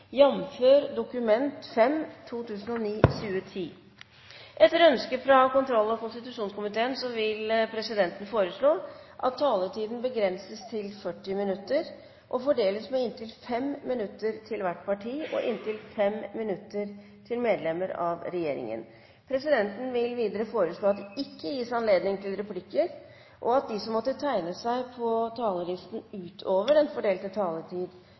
og fordeles med inntil 10 minutter til saksordføreren, inntil 5 minutter til hvert av de øvrige partiene og inntil 5 minutter til medlemmer av regjeringen. Videre vil presidenten foreslå at det ikke gis anledning til replikker, og at de som måtte tegne seg på talerlisten utover den fordelte taletid,